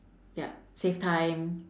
yup save time